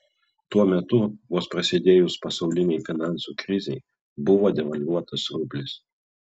tuo metu vos prasidėjus pasaulinei finansų krizei buvo devalvuotas rublis